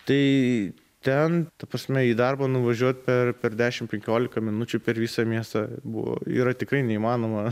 tai ten ta prasme į darbą nuvažiuot per per dešimt penkiolika minučių per visą miestą buvo yra tikrai neįmanoma